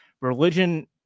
religion